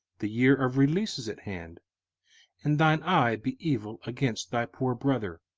the year of release, is at hand and thine eye be evil against thy poor brother,